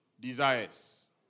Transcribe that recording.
desires